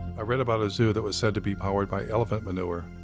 i read about a zoo that was said to be powered by elephant manure.